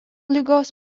ligos